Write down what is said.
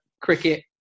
cricket